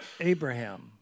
Abraham